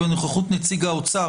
לא בצו הזה אנחנו